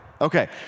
Okay